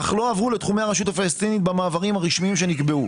אך לא הועברו לתחומי הרשות הפלסטינית במעברים הרשמיים שנקבעו.